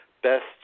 best